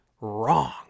wrong